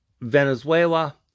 Venezuela